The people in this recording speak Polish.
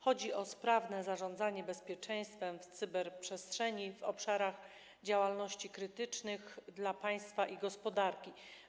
Chodzi o sprawne zarządzanie bezpieczeństwem w cyberprzestrzeni w obszarach działalności krytycznych dla państwa i gospodarki.